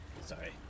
Sorry